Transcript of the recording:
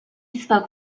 spoke